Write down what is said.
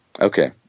okay